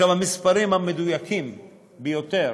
המספרים המדויקים ביותר